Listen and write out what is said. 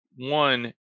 One